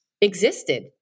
existed